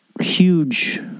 huge